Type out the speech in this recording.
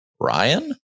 Ryan